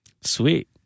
Sweet